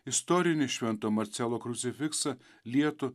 istorinį švento marcelo krucifiksą lietų